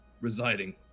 residing